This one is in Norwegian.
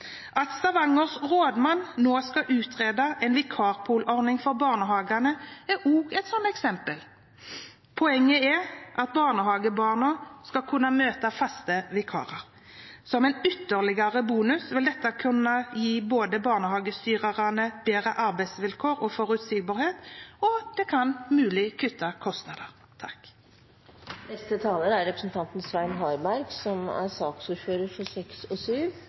At Stavangers rådmann nå skal utrede en vikarpool-ordning for barnehagene, er også et slikt eksempel. Poenget er at barnehagebarna skal kunne møte faste vikarer. Som en ytterligere bonus vil dette kunne gi barnehagestyrerne både bedre arbeidsvilkår og bedre forutsigbarhet, og det kan muligens kutte kostnader. Denne regjeringen satser på barnehage. Barnehage er en viktig og